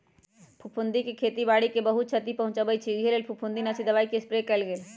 फफुन्दी खेती बाड़ी के बहुत छति पहुँचबइ छइ उहे लेल फफुंदीनाशी दबाइके स्प्रे कएल गेल